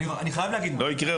אני אומר לכם, זה לא יקרה.